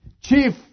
chief